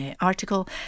article